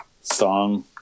song